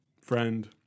friend